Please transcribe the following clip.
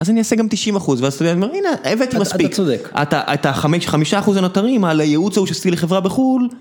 אז אני אעשה גם 90% ואז אתה יודע אני אומר, הנה, הבאתי מספיק. אתה צודק. אתה, את החמישה אחוז הנותרים על הייעוץ ההוא שעשיתי לחברה בחו"ל.